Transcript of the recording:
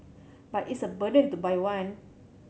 but it's a burden to buy one